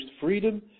freedom